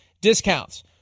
discounts